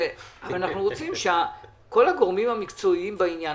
אנחנו רוצים שכל הגורמים המקצועיים בעניין